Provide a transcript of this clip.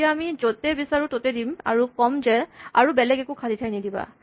এতিয়া আমি যতে বিচাৰো ততে দিম আৰু কম যে আৰু বেলেগ একো খালী ঠাই নিদিবা